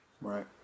right